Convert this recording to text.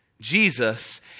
Jesus